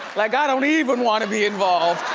like i don't even wanna be involved.